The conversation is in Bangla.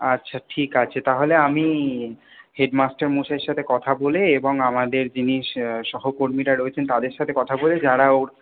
আচ্ছা ঠিক আছে তাহলে আমি হেডমাস্টার মশাইয়ের সাথে কথা বলে এবং আমাদের যিনি সে সহকর্মীরা রয়েছেন তাদের সাথে কথা বলে যারা ওর